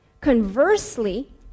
Conversely